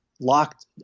locked